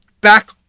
back